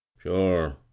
sure!